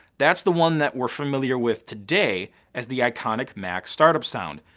that's the one that we're familiar with today as the iconic mac startup sound.